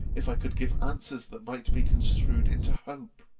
if i could give answers that might be construed into hope